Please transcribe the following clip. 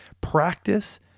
practice